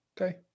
okay